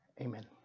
Amen